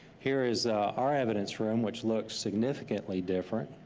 here is our evidence room, which looks significantly different.